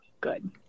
good